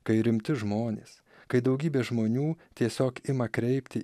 kai rimti žmonės kai daugybė žmonių tiesiog ima kreipti